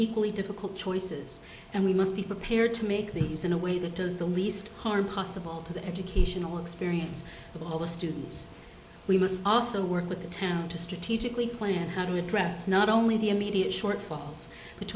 equally difficult choices and we must be prepared to make these in a way that does the least harm possible to the educational experience of all the students we must also work with the town to strategically plan how to address not only the immediate shortfall